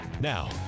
now